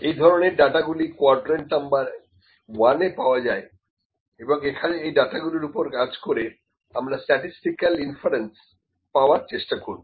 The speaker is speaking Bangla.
এই ধরনের ডাটা গুলি কোয়াড্রেন্ট নম্বর 1 এ পাওয়া যায় এবং এখানে এই ডাটাগুলোর উপরে কাজ করে আমরা স্টাটিস্টিক্যাল ইনফেরেন্স পাওয়ার চেষ্টা করব